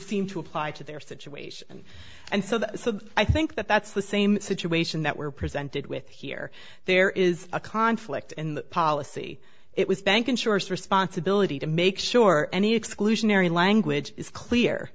seem to apply to their situation and so i think that that's the same situation that we're presented with here there is a conflict in the policy it was bank insurance responsibility to make sure any exclusionary language is clear